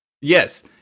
Yes